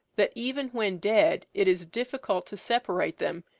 that even when dead it is difficult to separate them,